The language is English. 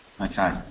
Okay